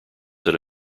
that